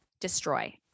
destroy